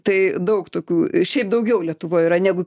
tai daug tokių šiaip daugiau lietuvoj yra negu